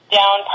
down